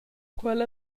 quella